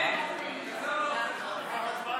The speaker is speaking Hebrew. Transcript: היושב-ראש,